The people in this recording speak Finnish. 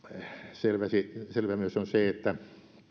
selvä on myös se että